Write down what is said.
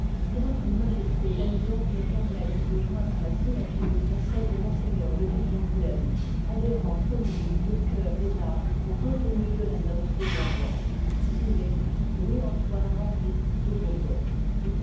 que votre majesté daigne donc liv iii me permettre de joindre ma signature à celle de m le duc d angoulême adhérant comme lui de cœur et d'âme au contenu de la note de mon roi signé louis antoine henri de bourbon